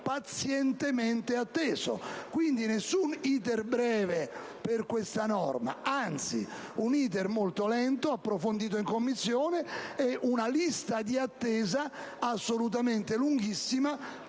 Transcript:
pazientemente atteso. Quindi, nessun *iter* breve per questa norma, anzi un *iter* molto lento e approfondito in Commissione e una lista di attesa lunghissima,